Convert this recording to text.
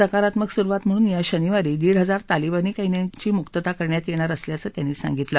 सकारात्मक सुरूवात म्हणून या शनिवारी दीड हजार तालिबानी कैद्यांची मुकता करण्यात येणार असल्याचंही ते म्हणाले